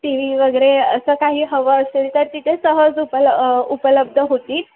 T V वगैरे असं काही हवं असेल तर तिथे सहज उपल उपलब्ध होतील